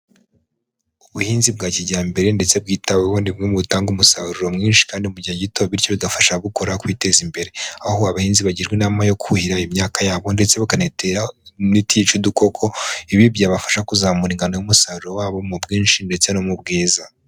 Ubuhinzi bwa kijyambere ndetse bwitaweho ni bumwe mu butanga umusaruro mwinshi kandi mu gihe gito, bityo bigafasha ababukora kwiteza imbere. Aho abahinzi bagirwa inama yo kuhira imyaka yabo ndetse bakanayitera imiti yica udukoko, ibi byabafasha kuzamura ingano y'umusaruro wabo mu bwinshi ndetse no mu bwiza.